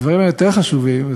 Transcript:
הדברים היותר חשובים,